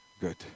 good